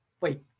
Wait